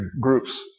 groups